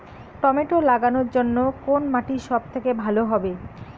Tomato লাগানোর জন্যে কোন মাটি সব থেকে ভালো হবে?